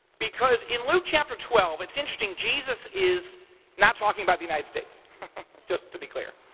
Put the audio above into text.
because in luke chapter twelve, it's interesting, jesus is not talking about the united states just to be clear.